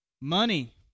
money